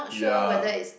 ya